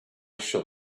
shall